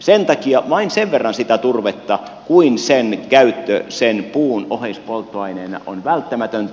sen takia vain sen verran sitä turvetta kuin sen käyttö sen puun oheispolttoaineena on välttämätöntä